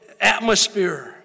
atmosphere